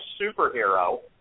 superhero